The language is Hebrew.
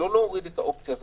לא להוריד את האופציה של